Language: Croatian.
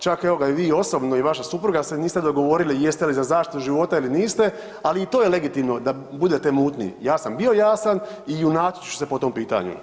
Čak evo ga, i vi osobno i vaša supruga se niste dogovorili jeste li za zaštitu života ili niste, ali i to je legitimno, da budete mutni, ja sam bio jasan i junačit ću se po tom pitanju.